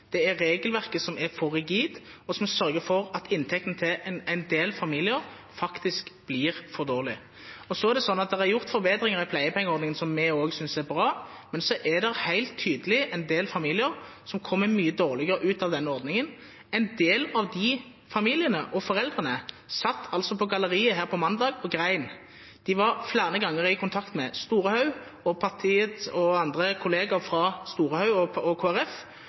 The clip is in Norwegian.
Det er regelverket som er for rigid, og som sørger for at inntektene til en del familier faktisk blir for dårlig. Det er gjort forbedringer i pleiepengeordningen som vi også synes er bra, men det er helt tydelig en del familier som kommer mye dårligere ut med denne ordningen. En del av de familiene og foreldrene satt altså på galleriet her på mandag og gråt. De var flere ganger i kontakt med Storehaug og andre kollegaer fra Storehaugs parti, Kristelig Folkeparti, og